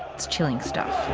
it's chilling stuff.